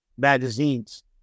Magazines